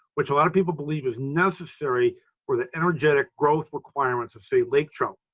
which a lot of people believe is necessary or the energetic growth requirements of say lake trout.